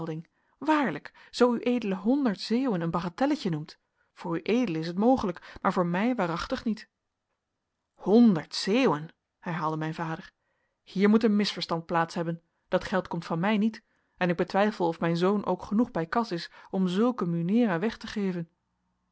waarlijk zoo ued honderd zeeuwen een bagatelletje noemt voor ued is t mogelijk maar voor mij waarachtig niet honderd zeeuwen herhaalde mijn vader hier moet een misverstand plaats hebben dat geld komt van mij niet en ik betwijfel of mijn zoon ook genoeg bij kas is om zulke munera weg te geven